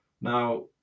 Now